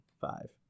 Five